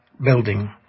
building